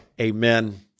amen